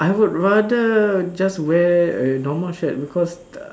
I would rather just wear a normal shirt because